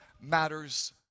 matters